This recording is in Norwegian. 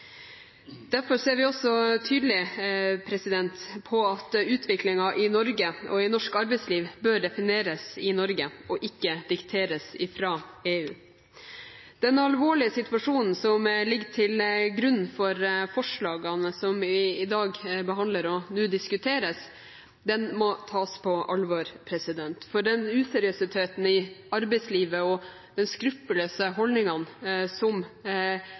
Derfor er vi også tydelige på at utviklingen i Norge og i norsk arbeidsliv bør defineres i Norge, og ikke dikteres fra EU. Den alvorlige situasjonen som ligger til grunn for forslagene som vi i dag behandler, og som nå diskuteres, må tas på alvor, for den useriøsiteten i arbeidslivet og de skruppelløse holdningene som